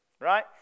right